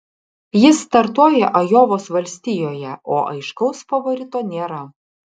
jis startuoja ajovos valstijoje o aiškaus favorito nėra